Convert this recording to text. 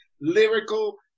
lyrical